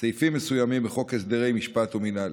וסעיפים מסוימים בחוק הסדרי משפט ומינהל.